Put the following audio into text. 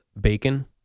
Bacon